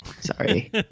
Sorry